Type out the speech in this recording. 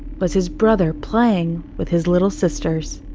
was his brother playing with his little sisters.